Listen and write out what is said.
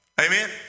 Amen